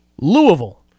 Louisville